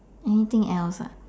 anything else ah